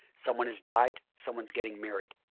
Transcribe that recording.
someone has died, someone is getting married.